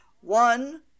one